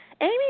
Amy